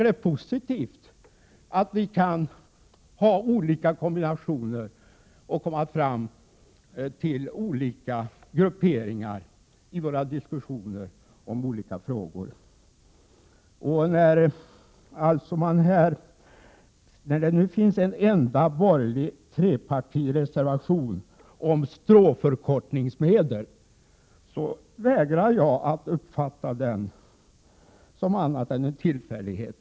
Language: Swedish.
Det är positivt att vi kan ha olika kombinationer och komma fram till olika grupperingar i våra diskussioner om olika frågor. Det finns nu en enda borgerlig trepartireservation. Den handlar om stråförkortningsmedel. Jag vägrar att uppfatta den som annat än en tillfällighet.